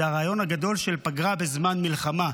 זה הרעיון הגדול של פגרה בזמן מלחמה,